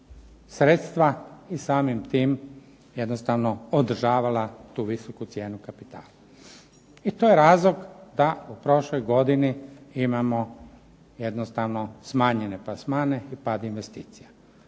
sredstva i samim tim jednostavno održavala tu visoku cijenu kapitala. I to je razlog da u prošloj godini imamo jednostavno smanjenje plasmane i pad investicija.